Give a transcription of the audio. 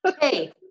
Hey